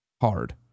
hard